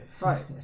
Right